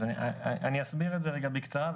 אני אסביר את זה רגע בקצרה.